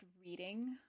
reading